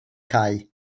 cae